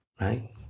Right